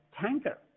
tanker